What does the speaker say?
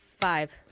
five